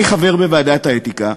אני חבר בוועדת האתיקה,